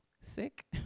sick